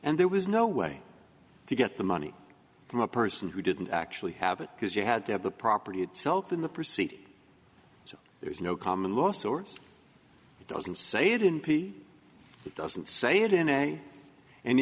and there was no way to get the money from a person who didn't actually have it because you had to have the property itself in the proceed so there's no common law source it doesn't say it in p it doesn't say it in a and